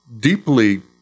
deeply